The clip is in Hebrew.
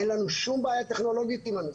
אין לנו שום בעיה טכנולוגית עם הנושא.